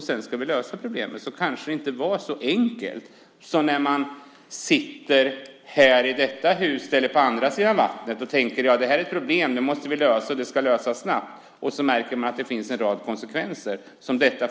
Sedan ska problemet lösas, men det visar sig kanske inte vara så enkelt som när man sitter i detta hus eller på andra sidan vattnet och tänker: Vi har ett problem, och det måste lösas snabbt. Då inser man att det faktiskt kan medföra en rad konsekvenser, vilket ju